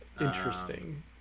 Interesting